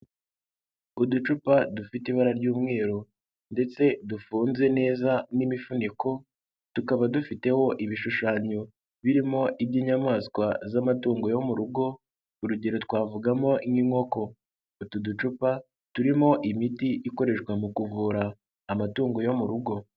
Uducupa dufite ibara ry'umweru, ndetse dufunze neza n'imifuniko tukaba dufiteho ibishushanyo birimo iby'inyamaswa z'amatungo yo mu rugo, urugero twavugamo nk'inkoko. Utu ducupa turimo imiti ikoreshwa mu kuvura amatungo yo mu rugo.